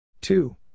Two